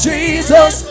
Jesus